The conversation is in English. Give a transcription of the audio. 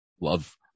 Love